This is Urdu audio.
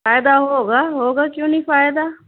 فائدہ ہوگا ہوگا کیوں نہیں فائدہ